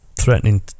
threatening